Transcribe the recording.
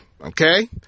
okay